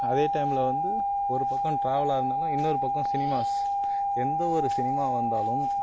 அதே டைம்ல வந்து ஒரு பக்கம் ட்ராவலாக இருந்தாலும் இன்னொரு பக்கம் சினிமாஸ் எந்த ஒரு சினிமாவாக இருந்தாலும்